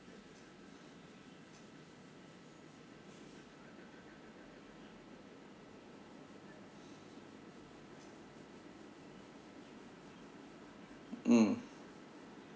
mm